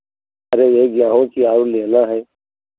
अरे यही गेहूँ की लेना है